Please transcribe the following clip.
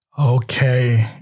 Okay